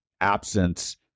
absence